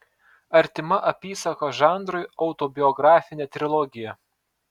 artima apysakos žanrui autobiografinė trilogija